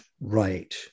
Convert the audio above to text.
right